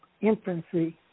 infancy